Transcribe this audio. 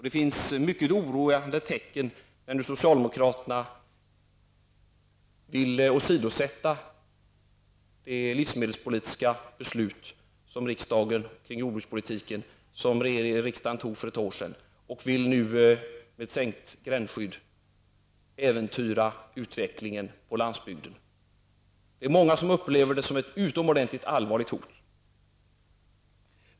Det finns många oroande tecken när socialdemokraterna nu vill åsidosätta det livsmedelspolitiska beslut som riksdagen fattade för ett år sedan. Genom ett sänkt gränsskydd äventyrar man utvecklingen på landsbygden. Många upplever detta som ett utomordentligt allvarligt hot.